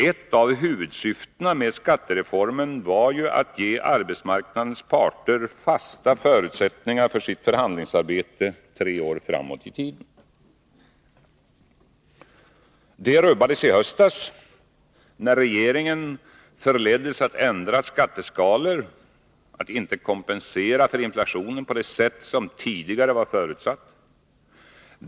Ett av huvudsyftena med skattereformen var att ge arbetsmarknadens parter fasta förutsättningar för sitt förhandlingsarbete tre år fram i tiden. Det rubbades i höstas när regeringen förleddes att ändra skatteskalor och inte kompensera för inflationen på det sätt som tidigare var förutsatt.